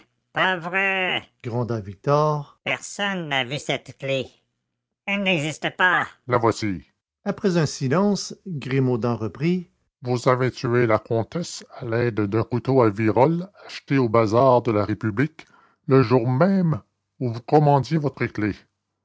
pas vrai gronda victor personne n'a vu cette clef elle n'existe pas la voici après un silence grimaudan reprit vous avez tué la comtesse à l'aide d'un couteau à virole acheté au bazar de la république le jour même où vous commandiez votre clef